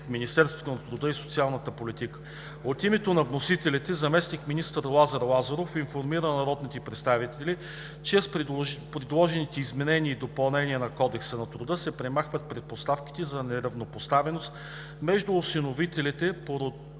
Министерството на труда и социалната политика. От името на вносителите заместник-министър Лазар Лазаров информира народните представители, че с предложените изменения и допълнения на Кодекса на труда се премахват предпоставките за неравнопоставеност между осиновителите, породена